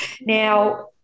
now